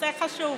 נושא חשוב.